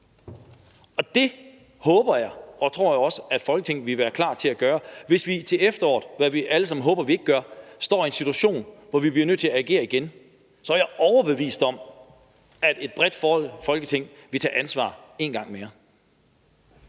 Og det håber og tror jeg også, at Folketinget vil være klar til at gøre, hvis vi til efteråret – hvad vi alle sammen håber vi ikke gør – står i en situation, hvor vi bliver nødt til at agere igen. Så er jeg overbevist om, at et bredt Folketing vil tage ansvar en gang mere.